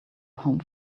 home